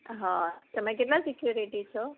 હ તમે કેટલા સિક્યુરિટી છો